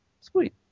sweet